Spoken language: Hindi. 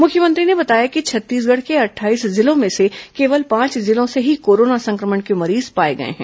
मुख्यमंत्री ने बताया कि छत्तीसगढ़ के अट्ठाईस जिलों में से केवल पांच जिलों से ही कोरोना संक्रमण के मरीज पाए गए हैं